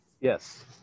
Yes